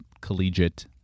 collegiate